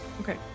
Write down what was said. Okay